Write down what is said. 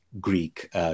Greek